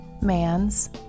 mans